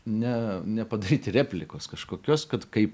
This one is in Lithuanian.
ne nepadaryti replikos kažkokios kad kaip